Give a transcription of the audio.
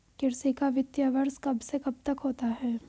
कृषि का वित्तीय वर्ष कब से कब तक होता है?